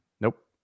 Nope